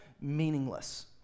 meaningless